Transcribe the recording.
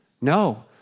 No